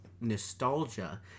nostalgia